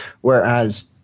Whereas